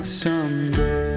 someday